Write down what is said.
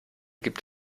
gibt